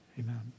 Amen